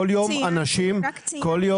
כל יום אנשים --- משרד העבודה העביר